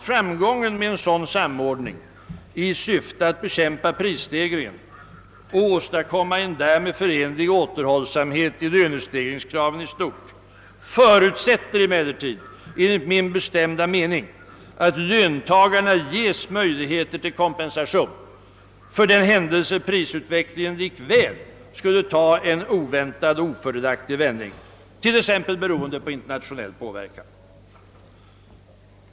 Framgången med en sådan samordning i syfte att bekämpa prisstegringen och åstadkomma en därmed förenlig återhållsamhet i lönestegringskraven i stort förutsätter emellertid enligt min bestämda mening att löntagarna ges möjligheter till kompensation för den händelse att prisutvecklingen likväl skulle ta en oväntad och ofördelaktig vändning t.ex. beroende på internationell påverkan.